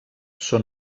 són